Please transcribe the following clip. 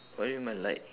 what do you mean by light